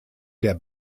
der